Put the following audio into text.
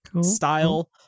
style